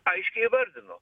aiškiai įvardino